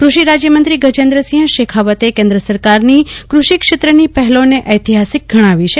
કૃષિ રાજ્યમંત્રી ગજેન્દ્રસિંહ શેખાવતે કેન્દ્ર સરકારની કૃષિ ક્ષેત્રની પહેલોને ઐતિહાસિક ગણાવી છે